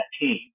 team